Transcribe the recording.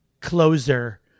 closer